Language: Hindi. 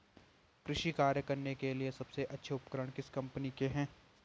कृषि कार्य करने के लिए सबसे अच्छे उपकरण किस कंपनी के हैं?